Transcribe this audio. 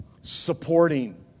supporting